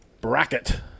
bracket